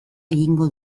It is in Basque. egingo